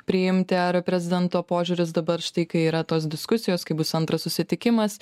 priimti ar prezidento požiūris dabar štai kai yra tos diskusijos kai bus antras susitikimas